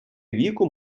віку